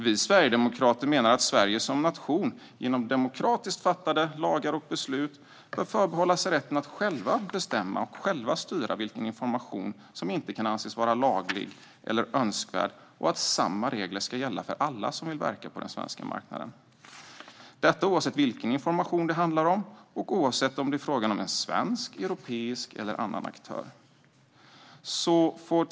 Vi sverigedemokrater menar att Sverige som nation genom demokratiskt fattade lagar och beslut bör förbehålla sig rätten att själva bestämma och själva styra vilken information som inte kan anses vara laglig eller önskvärd och att samma regler ska gälla för alla som vill verka på den svenska marknaden - detta oavsett vilken information det handlar om och oavsett om det är fråga om en svensk, europeisk eller annan aktör.